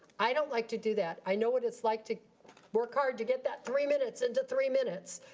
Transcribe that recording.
i don't like to do that. i know what it's like to work hard to get that three minutes into three minutes,